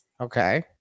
Okay